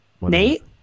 Nate